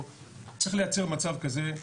צריך לייצר מצב כזה להקים,